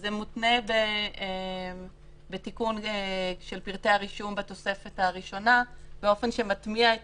זה מותנה בתיקון של פרטי הרישום בתוספת הראשונה באופן שמטמיע את